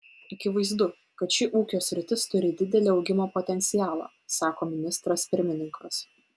akivaizdu kad ši ūkio sritis turi didelį augimo potencialą sako ministras pirmininkas